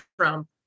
Trump